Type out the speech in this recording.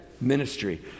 ministry